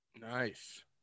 Nice